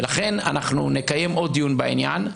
ולכן אנחנו נקיים עוד דיון בעניין.